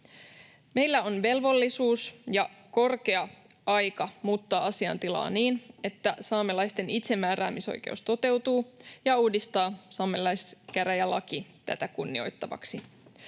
Meillä on velvollisuus ja korkea aika muuttaa asiantilaa niin, että saamelaisten itsemääräämisoikeus toteutuu, ja uudistaa saamelaiskäräjälaki tätä kunnioittavaksi.